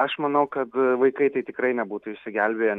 aš manau kad vaikai tai tikrai nebūtų išsigelbėję